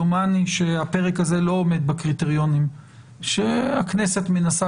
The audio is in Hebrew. דומני שהפרק הזה לא עומד בקריטריונים שהכנסת מנסה